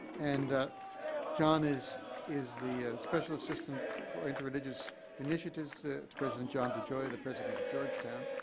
and john is is the special assistant for interreligious initiatives to to president john degioia, the president of georgetown,